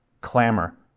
clamor